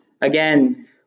again